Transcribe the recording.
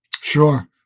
Sure